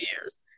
years